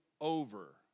over